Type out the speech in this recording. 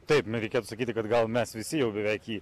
taip na reikėtų sakyti kad gal mes visi jau beveik jį